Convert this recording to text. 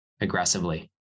aggressively